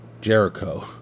Jericho